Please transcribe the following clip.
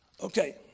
okay